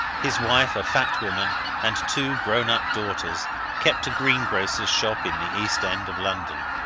his wife a fat woman and two grown-up daughters kept a greengrocers shop in the east-end of london.